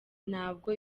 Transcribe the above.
nabwo